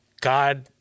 God